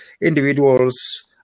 individuals